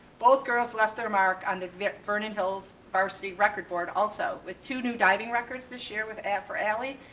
both girls left their mark on the vernon hills, varsity record board also with two new diving records this year with e and for ellie,